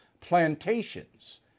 Plantations